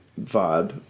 vibe